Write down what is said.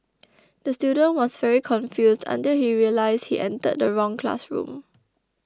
the student was very confused until he realised he entered the wrong classroom